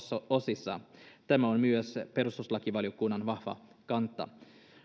osissa tämä on myös perustuslakivaliokunnan vahva kanta